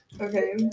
Okay